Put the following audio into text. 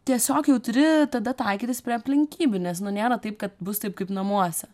tiesiog jau turi tada taikytis prie aplinkybių nes nu nėra taip kad bus taip kaip namuose